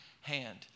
hand